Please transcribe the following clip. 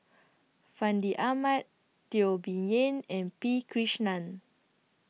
Fandi Ahmad Teo Bee Yen and P Krishnan